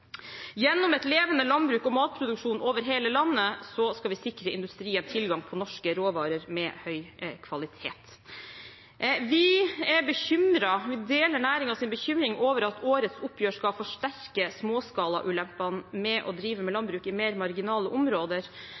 Gjennom et levende landbruk og matproduksjon over hele landet skal vi sikre industrien tilgang på norske råvarer med høy kvalitet. Vi deler næringens bekymring over at årets oppgjør skal forsterke småskalaulempene med å drive med landbruk i mer marginale områder.